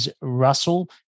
Russell